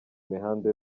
imihanda